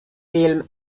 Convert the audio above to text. film